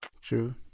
True